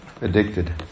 addicted